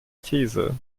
these